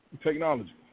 Technology